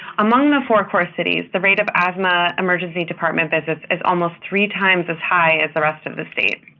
among the four core cities, the rate of asthma emergency department visits is almost three times as high as the rest of the state.